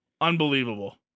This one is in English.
Unbelievable